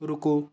ਰੁਕੋ